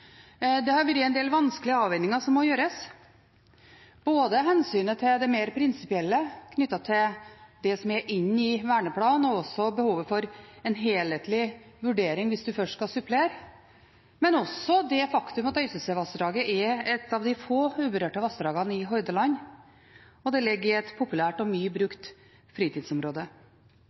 Det har vært en del vanskelige avveininger – både hensynet til det mer prinsipielle knyttet til det som er inne i verneplanen, behovet for en helhetlig vurdering hvis man først skal supplere, og også det faktum at Øystesevassdraget er et av de få uberørte vassdragene i Hordaland, og det ligger i et populært og mye brukt